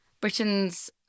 Britain's